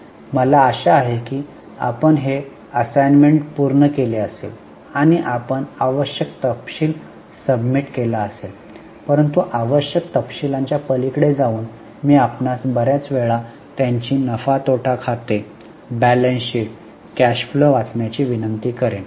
मला आशा आहे की आपण हे असाइनमेंट पूर्ण केले असेल आणि आपण आवश्यक तपशील सबमिट केला असेल परंतु आवश्यक तपशीलांच्या पलीकडे जाऊन मी आपणास बर्याच वेळा त्यांची नफा तोटा खाते बॅलन्स शीट कॅश फ्लो वाचण्याची विनंती करेन